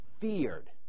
feared